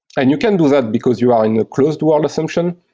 and you can do that because you are in a closed-world assumption.